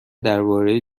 درباره